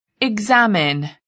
examine